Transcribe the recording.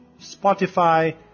Spotify